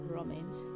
Romans